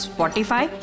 Spotify